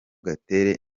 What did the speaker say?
gatere